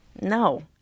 No